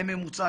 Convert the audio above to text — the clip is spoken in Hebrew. בממוצע,